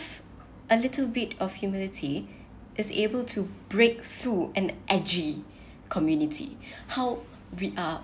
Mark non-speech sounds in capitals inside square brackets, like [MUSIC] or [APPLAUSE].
a little bit of humility is able to breakthrough an agi community [BREATH] how we are